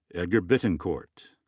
edgar bitencourt.